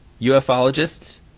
UFOlogists